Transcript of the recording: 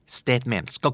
statements